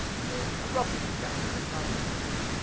so ah roughly two chapters, sometimes it's a little more.